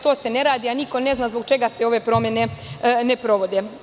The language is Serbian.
To se ne radi, a niko ne zna zbog čega sve ove promene se ne provode.